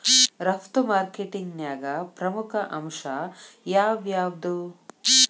ರಫ್ತು ಮಾರ್ಕೆಟಿಂಗ್ನ್ಯಾಗ ಪ್ರಮುಖ ಅಂಶ ಯಾವ್ಯಾವ್ದು?